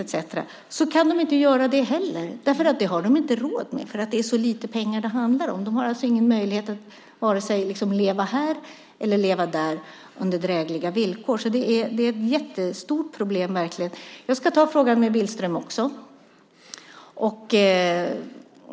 Men de kan inte göra det heller. Det har de inte råd med, därför att det handlar om så lite pengar. De har alltså ingen möjlighet att vare sig leva här eller leva där under drägliga villkor. Det är verkligen ett jättestort problem. Jag ska ta frågan med Billström också.